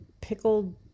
pickled